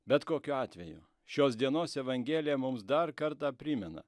bet kokiu atveju šios dienos evangelija mums dar kartą primena